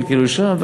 קלקלו שם,